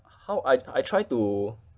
how I I try to